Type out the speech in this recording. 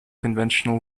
conventional